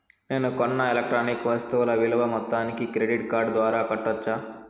నేను కొన్న ఎలక్ట్రానిక్ వస్తువుల విలువ మొత్తాన్ని క్రెడిట్ కార్డు ద్వారా కట్టొచ్చా?